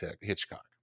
Hitchcock